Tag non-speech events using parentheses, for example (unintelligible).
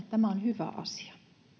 (unintelligible) tämä on hyvä asia